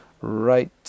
right